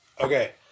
okay